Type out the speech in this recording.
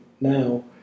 now